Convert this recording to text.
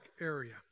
area